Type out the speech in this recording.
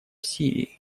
сирии